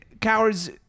cowards